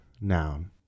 noun